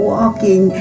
Walking